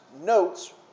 notes